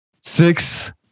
six